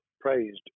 praised